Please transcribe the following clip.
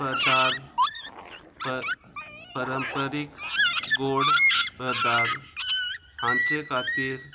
पदार्थ पर परंपरीक गोड पदार्थ हांचे खातीर